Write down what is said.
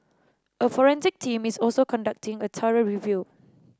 a forensic team is also conducting a thorough review